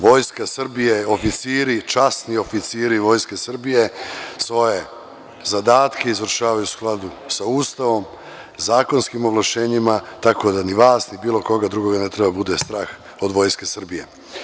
Vojska Srbije, oficiri, časni oficiri Vojske Srbije svoje zadatke izvršavaju u skladu sa Ustavom, zakonskim ovlašćenjima, tako da ni vas ni bilo koga drugog ne treba da bude strah od Vojske Srbije.